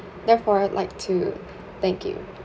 therefore I'd like to thank you